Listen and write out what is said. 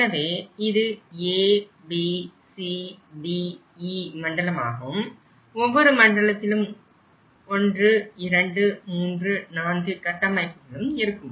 எனவே இது ABCDE மண்டலமாகவும் ஒவ்வொரு மண்டலத்திலும் 1234 கட்டமைப்புகளும் இருக்கும்